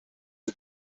dei